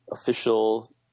official